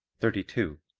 thirty two.